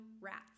rats